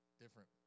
different